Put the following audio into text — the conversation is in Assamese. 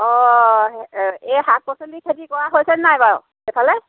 অ' এই শাক পাচলি খেতি কৰা হৈছেনে নাই বাৰু সেইফালে